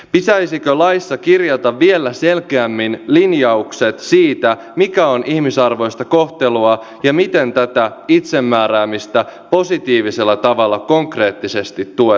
pitäisikö laissa kirjata vielä selkeämmin linjaukset siitä mikä on ihmisarvoista kohtelua ja miten tätä itsemääräämistä positiivisella tavalla konkreettisesti tuetaan